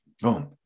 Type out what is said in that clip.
boom